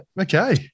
Okay